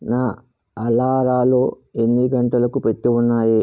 నా అలారాలు ఎన్ని గంటలకు పెట్టి ఉన్నాయి